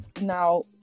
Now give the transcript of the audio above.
now